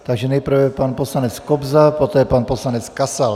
Takže nejprve pan poslanec Kobza, poté pan poslanec Kasal.